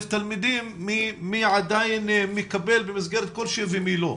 תלמידים מי עדיין מקבל במסגרת כלשהיא ומי לא.